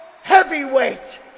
Heavyweight